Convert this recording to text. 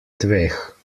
dveh